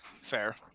Fair